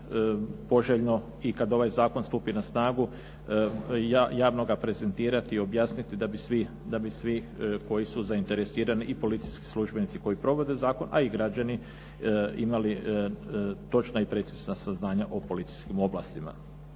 i kada ovaj zakon stupi na snagu javno ga prezentirati i objasniti da bi svi koji su zainteresirani i policijski službenici koji provode zakon a i građani imali točna i precizna saznanja o policijskim ovlastima.